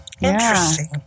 Interesting